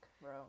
bro